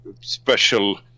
special